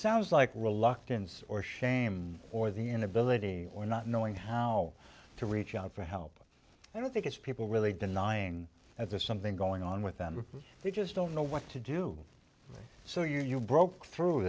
sounds like reluctance or shame or the inability or not knowing how to reach out for help i don't think it's people really denying that there's something going on with them you just don't know what to do so you broke through